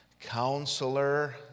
Counselor